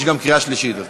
יש גם קריאה שלישית.